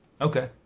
Okay